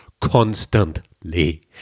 constantly